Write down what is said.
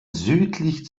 südlich